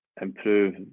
improve